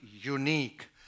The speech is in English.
unique